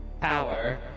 power